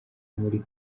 muri